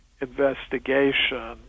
investigation